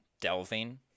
delving